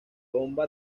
bomba